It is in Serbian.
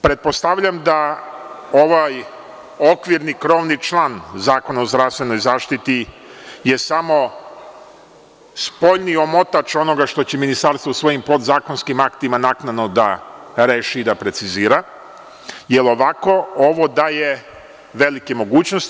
Pretpostavljam da ovaj okvirni krovni član Zakona o zdravstvenoj zaštiti je samo spoljni omotač onoga što će ministarstvo u svojim podzakonskim aktima naknadno da reši i da precizira, jer ovako ovo daje velike mogućnosti.